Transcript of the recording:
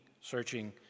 searching